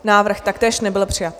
Návrh taktéž nebyl přijat.